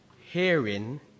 hearing